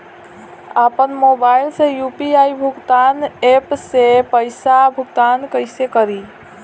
आपन मोबाइल से यू.पी.आई भुगतान ऐपसे पईसा भुगतान कइसे करि?